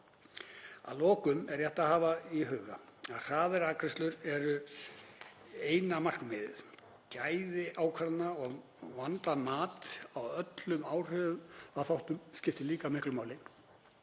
Að lokum er rétt að hafa í huga að hraðari afgreiðslur eru eitt markmiðið. Gæði ákvarðana og vandað mat á öllum áhrifaþáttum skiptir líka máli.